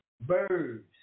Birds